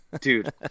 Dude